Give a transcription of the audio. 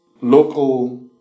local